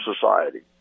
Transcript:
society